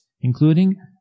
including